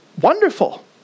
Wonderful